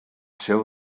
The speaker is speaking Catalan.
seu